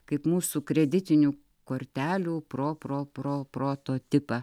kaip mūsų kreditinių kortelių pro pro pro prototipą